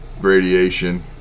radiation